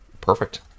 perfect